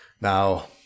now